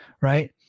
right